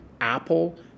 Apple